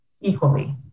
equally